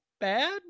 bad